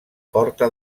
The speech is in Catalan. porta